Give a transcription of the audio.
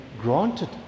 granted